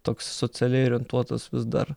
toks socialiai orientuotas vis dar